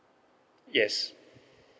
yes